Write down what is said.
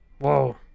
whoa